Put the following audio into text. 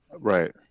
Right